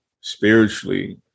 spiritually